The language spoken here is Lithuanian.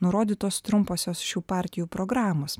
nurodytos trumposios šių partijų programos